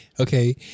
Okay